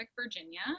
Virginia